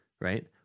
right